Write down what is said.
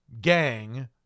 gang